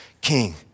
king